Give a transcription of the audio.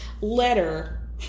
letter